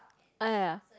ya